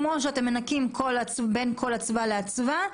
כמו שאתם מנקים כל אצווה ואצווה.